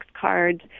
cards